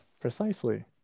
Precisely